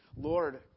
Lord